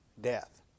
death